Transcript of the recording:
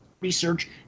research